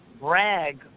brag